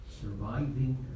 Surviving